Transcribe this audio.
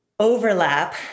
overlap